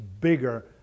bigger